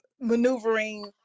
maneuvering